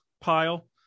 pile